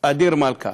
אדיר מלכה